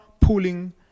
pooling